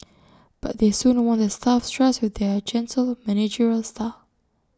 but they soon won the staff's trust with their gentle managerial style